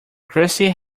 christy